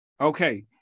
Okay